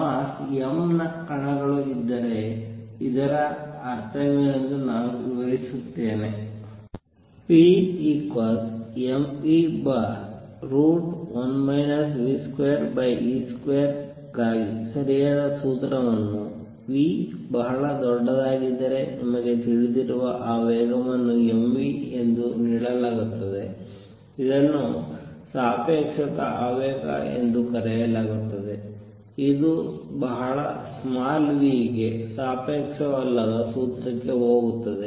mass m ನ ಕಣಗಳು ಇದ್ದರೆ ಇದರ ಅರ್ಥವೇನೆಂದು ನಾನು ವಿವರಿಸುತ್ತೇನೆ pmv1 v2c2 ಗಾಗಿ ಸರಿಯಾದ ಸೂತ್ರವನ್ನು v ಬಹಳ ದೊಡ್ಡದಾಗಿದ್ದರೆ ನಿಮಗೆ ತಿಳಿದಿರುವ ಆವೇಗವನ್ನು m v ಎಂದು ನೀಡಲಾಗುತ್ತದೆ ಇದನ್ನು ಸಾಪೇಕ್ಷತಾ ಆವೇಗ ಎಂದು ಕರೆಯಲಾಗುತ್ತದೆ ಇದು ಬಹಳ ಸ್ಮಾಲ್ v ಗೆ ಸಾಪೇಕ್ಷವಲ್ಲದ ಸೂತ್ರಕ್ಕೆ ಹೋಗುತ್ತದೆ